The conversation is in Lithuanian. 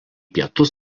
pietus